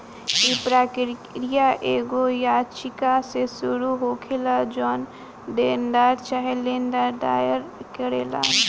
इ प्रक्रिया एगो याचिका से शुरू होखेला जवन देनदार चाहे लेनदार दायर करेलन